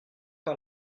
pas